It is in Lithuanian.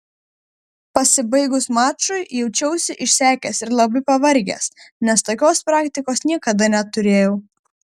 pasibaigus mačui jaučiausi išsekęs ir labai pavargęs nes tokios praktikos niekada neturėjau